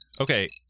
Okay